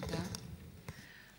שעה 16:00